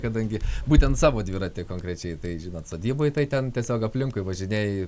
kadangi būtent savo dviratį konkrečiai tai žinot sodyboj tai ten tiesiog aplinkui važinėji